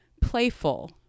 playful